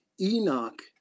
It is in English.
Enoch